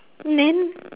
then